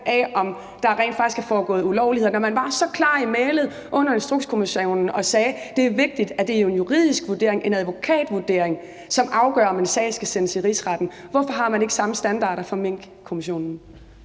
af, om der rent faktisk er foregået ulovligheder, når man var så klar i mælet under Instrukskommissionen og sagde, at det er vigtigt, at det jo er en juridisk vurdering, en advokatvurdering, som afgør, om en sag skal sendes i Rigsretten? Hvorfor har man ikke samme standarder for Minkkommissionen?